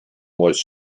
was